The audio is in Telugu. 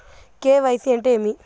కె.వై.సి అంటే ఏమి?